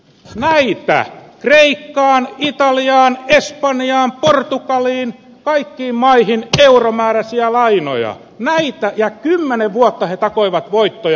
näitä kreikkaan italiaan espanjaan portugaliin kaikkiin maihin euromääräisiä lainoja ja kymmenen vuotta he takoivat voittoja